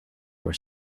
were